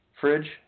fridge